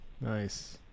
Nice